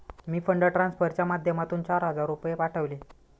मी fund ट्रान्सफरच्या माध्यमातून चार हजार रुपये पाठवले